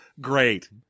Great